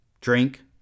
drink